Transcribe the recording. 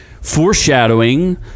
foreshadowing